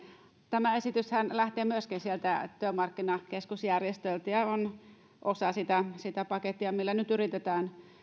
tämä esityshän lähtee myöskin sieltä työmarkkinakeskusjärjestöiltä ja on osa sitä sitä pakettia millä nyt yritetään